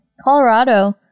Colorado